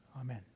Amen